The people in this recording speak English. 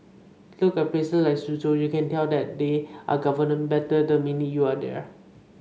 look at places like Suzhou you can tell that they are governed better the minute you are there